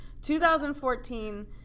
2014